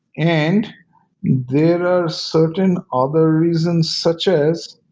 and there are certain other reasons such as